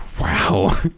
Wow